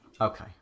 Okay